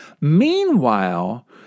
Meanwhile